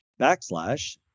backslash